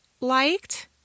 liked